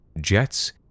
jets